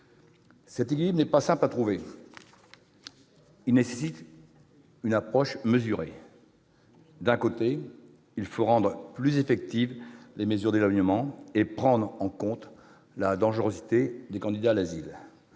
Cet équilibre n'est pas simple à trouver. Il nécessite une approche mesurée. D'un côté, il faut rendre les mesures d'éloignement plus effectives et prendre en compte la dangerosité des candidats à l'asile.